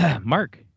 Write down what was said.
Mark